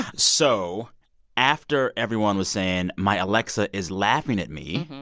so after everyone was saying my alexa is laughing at me,